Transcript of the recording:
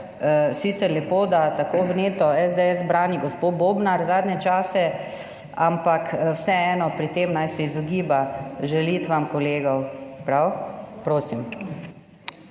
sicer lepo, da tako vneto SDS brani gospo Bobnar zadnje čase, ampak vseeno, pri tem naj se izogiba žalitvam kolegov. Prav? Prosim.